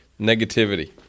negativity